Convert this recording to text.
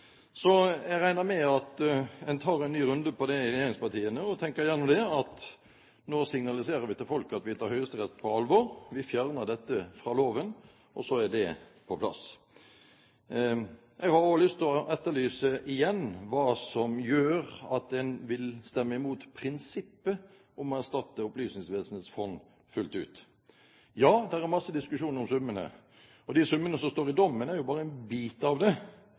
så er det ute av loven – helt uavhengig av hva som skal skje med erstatningen. Derfor har vi bedt om punktvis avstemning. Dette kan en vitterlig ta stilling til i dag og si at nå gjør vi det. Jeg regner med at regjeringspartiene tar en ny runde på dette og tenker igjennom at nå signaliserer vi til folk at vi tar Høyesterett på alvor, vi fjerner dette fra loven, og så er det på plass. Jeg vil igjen etterlyse hva som gjør at en vil stemme imot prinsippet om fullt ut